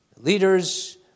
leaders